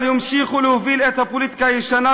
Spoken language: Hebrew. אבל המשיכו להוביל את הפוליטיקה הישנה,